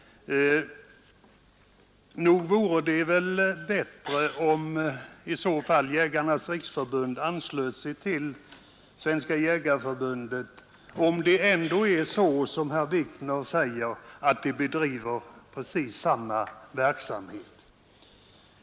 Nog vore det väl bättre om i så fall Jägarnas riksförbund anslöt sig till Svenska jägareförbundet, om det ändå är så som herr Wikner säger att de bedriver precis samma verksamhet.